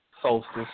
solstice